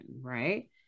right